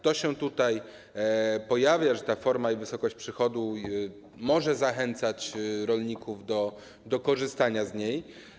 To się tutaj pojawia, że ta forma i wysokość przychodu mogą zachęcać rolników do korzystania z niej.